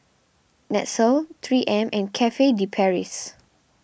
Nestle three M and Cafe De Paris